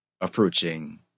approaching